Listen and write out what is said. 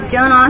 Joan